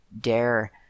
dare